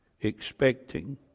expecting